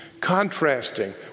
contrasting